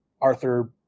Arthur